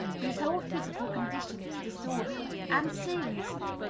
whose whole physical condition is disordered, and seriously,